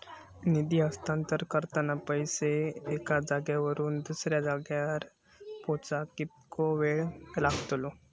निधी हस्तांतरण करताना पैसे एक्या जाग्यावरून दुसऱ्या जाग्यार पोचाक कितको वेळ लागतलो?